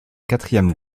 quatrième